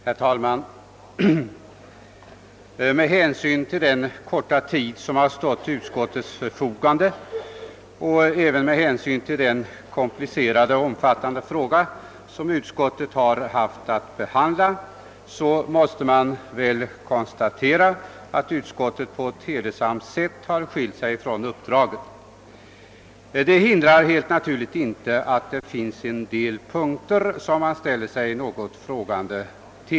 Herr talman! Med hänsyn till den korta tid som har stått till utskottets förfogande och även med hänsyn till att det är en omfattande och komplicerad fråga utskottet haft att behandla måste man konstatera, att utskottet på ett hedersamt sätt har skilt sig från uppdraget. Det hindrar helt naturligt inte att det likväl finns en del punkter, till vilka man ställer sig något frågande.